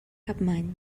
capmany